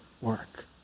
work